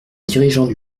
dirigeants